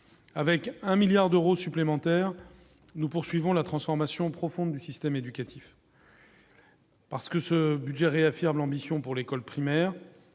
avec un milliard d'euros supplémentaires, nous poursuivons la transformation profonde du système éducatif. Parce que ce budget réaffirme l'ambition pour l'école primaire